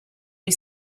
you